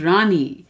Rani